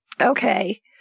Okay